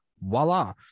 voila